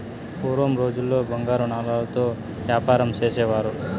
పూర్వం రోజుల్లో బంగారు నాణాలతో యాపారం చేసేవారు